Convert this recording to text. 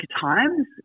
times